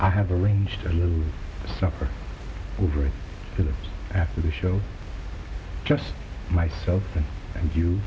i have arranged to suffer over it after the show just myself and you